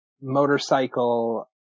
motorcycle